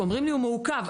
אומרים לי: הוא מעוכב,